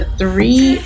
three